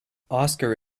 oscar